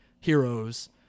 heroes